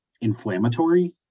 inflammatory